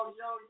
yo